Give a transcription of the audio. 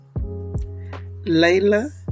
Layla